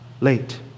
late